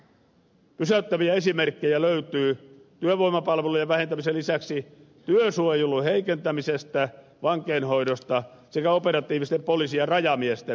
pysäyttäviä esimerkkejä löytyy työvoimapalveluiden vähentämisen lisäksi työsuojelun heikentämisestä vankeinhoidosta sekä operatiivisten poliisi ja rajamiesten vähentämisestä